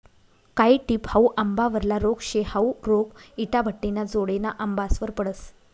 कायी टिप हाउ आंबावरला रोग शे, हाउ रोग इटाभट्टिना जोडेना आंबासवर पडस